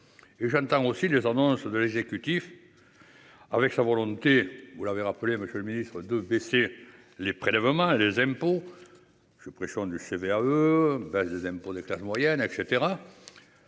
Et j'entends aussi les annonces de l'exécutif. Avec sa volonté, vous l'avez rappelé monsieur le ministre, de baisser les prélèvements, les impôts. Je pression du CVAE. Impôts pour des classes moyennes et